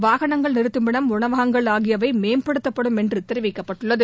வாகனங்கள் நிறுத்தமிடம் உணவகங்கள் ஆகியவை மேம்படுத்தப்படும் என்று தெரிவிக்கப்பட்டுள்ளது